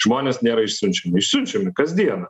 žmonės nėra išsiunčiami išsiunčiami kasdieną